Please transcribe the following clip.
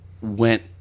went